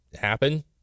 happen